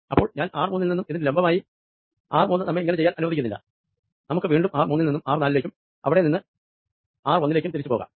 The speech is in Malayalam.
അപ്പോൾ ഞാൻ ആർ മൂന്നിൽ നിന്നും ഇതിനു ഹൊറിസോണ്ടലായി ആർ മൂന്ന് നമ്മെ ഇങ്ങനെ ചെയ്യാൻ അനുവദിക്കുന്നില്ല നമുക്ക് വീണ്ടും ആർ മൂന്നിൽ നിന്നും ആർ നാലിലേക്കും പിന്നീട് അവിടെ നിന്നും ആർ ഒന്നിലേക്കും തിരിച്ചു പോകാം